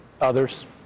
others